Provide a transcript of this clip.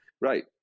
Right